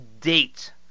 date